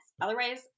Otherwise